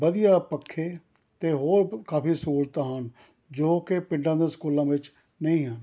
ਵਧੀਆ ਪੱਖੇ ਅਤੇ ਹੋਰ ਕਾਫ਼ੀ ਸਹੂਲਤਾਂ ਹਨ ਜੋ ਕਿ ਪਿੰਡਾਂ ਦੇ ਸਕੂਲਾਂ ਵਿੱਚ ਨਹੀਂ ਹਨ